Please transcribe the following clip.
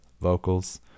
vocals